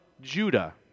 Judah